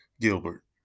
Gilbert